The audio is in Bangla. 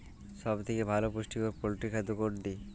সব থেকে ভালো পুষ্টিকর পোল্ট্রী খাদ্য কোনটি?